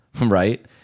right